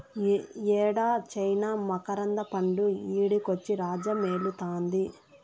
యేడ చైనా మకరంద పండు ఈడకొచ్చి రాజ్యమేలుతాంది